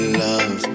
love